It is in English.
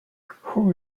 who